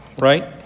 Right